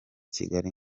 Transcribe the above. kigali